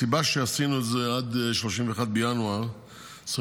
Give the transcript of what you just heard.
הסיבה שעשינו את זה עד 31 בינואר 2025